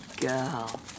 girl